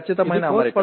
అది ఖచ్చితమైన అమరిక